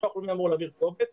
ביטוח לאומי אמור להעביר קובץ